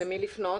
למי לפנות?